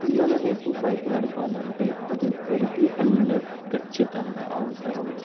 ఇయ్యాల రేపు బైకు నడపాలి అంటే ప్రతీ ఒక్కరికీ హెల్మెట్ ఖచ్చితంగా అవసరము